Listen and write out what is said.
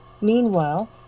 meanwhile